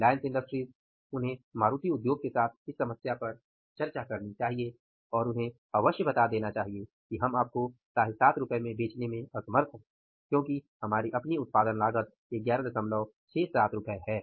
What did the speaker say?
Reliance Industries उन्हें मारुति उद्योग के साथ इस समस्या पर चर्चा करनी चाहिए और उन्हें अवश्य बता देना चाहिए कि हम आपको 75 रु में बेचने में असमर्थ हैं क्योंकि हमारी अपनी उत्पादन लागत 11675 रु है